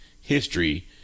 history